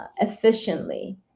efficiently